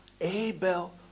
Abel